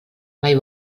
mai